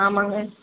ஆமாங்க